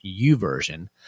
uversion